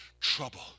trouble